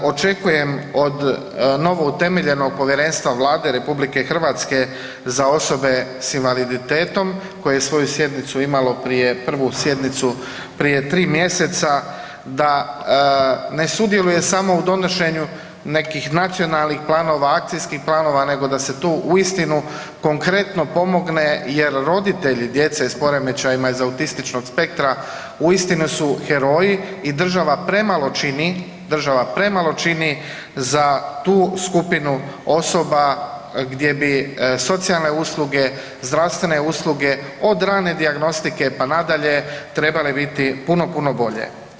Očekujem od novoutemeljenog povjerenstva Vlade RH za osobe s invaliditetom koje je svoju prvu sjednicu imalo prije tri mjeseca da ne sudjeluje samo u donošenju nekih nacionalnih planova, akcijskih planova nego da se to uistinu konkretno pomogne jer roditelji djece s poremećajima iz autističnog spektra uistinu su heroji i država premalo čini, država premalo čini za tu skupinu osoba gdje bi socijalne usluge, zdravstvene usluge od rane dijagnostike pa nadalje trebale biti puno, puno bolje.